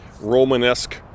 Romanesque